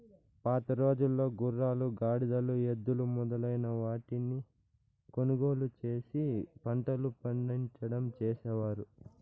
పాతరోజుల్లో గుర్రాలు, గాడిదలు, ఎద్దులు మొదలైన వాటిని కొనుగోలు చేసి పంటలు పండించడం చేసేవారు